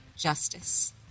Justice